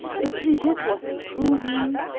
if brigitte was imprudent,